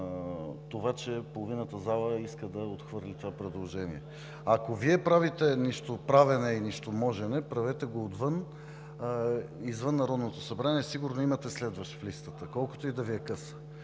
това, че половината зала иска да отхвърли това предложение. Ако Вие правите нищоправене и нищоможене, правете го отвън, извън Народното събрание, сигурно имате следващ в листата, колкото и да Ви е къса.